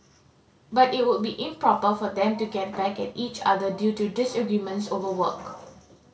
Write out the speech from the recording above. but it would be improper for them to get back at each other due to disagreements over work